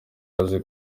kazi